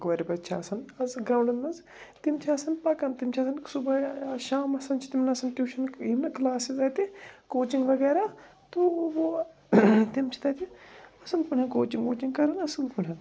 کورِ بچہٕ چھِ آسان آز گامَن منٛز تِم چھِ آسان پَکان تِم چھِ آسان صُبحٲے یا شامَس چھِ تِمَن آسان ٹیوٗشَن یِم نَہ کٕلاسٕز اَتہِ کوچنٛگ وغیرہ تو وہ تِم چھِ تَتہِ آسان پنٕنۍ کوچنٛگ ووچنٛگ کَران اَصٕل پٲٹھۍ